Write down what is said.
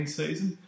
season